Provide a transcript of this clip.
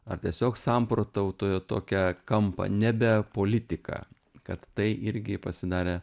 ar tiesiog samprotautojo tokią kampą nebe politiką kad tai irgi pasidarė